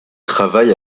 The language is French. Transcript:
travaille